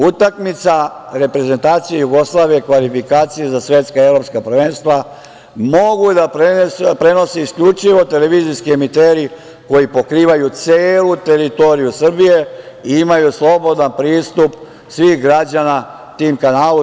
Utakmice reprezentacije Jugoslavije, kvalifikacije za svetska i evropska prvenstva, mogu da prenose isključivo televizijski emiteri koji pokrivaju celu teritoriju Srbije i imaju slobodan pristup svih građana tim kanalima.